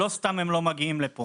לא סתם הם לא מגיעים לפה.